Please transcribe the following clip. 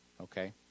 okay